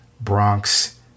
Bronx